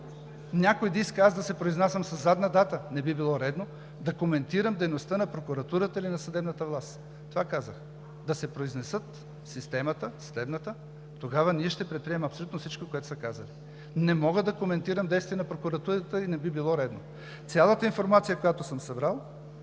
някой да иска аз да се произнасям със задна дата – не би било редно да коментирам дейността на прокуратурата или на съдебната власт. Това казах. Да се произнесе съдебната система, тогава ние ще предприемем абсолютно всичко, което са казали. Не мога да коментирам действия на прокуратурата и не би било редно. Цялата информация, която съм събрал,